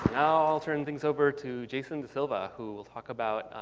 i'll turn things over to jason dasilva who will talk about